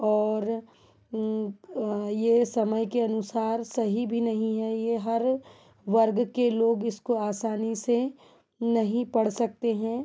और यह समय के अनुसार सही भी नहीं है यह हर वर्ग के लोग इसको आसानी से नहीं पढ़ सकते हैं